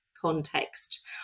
context